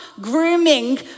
grooming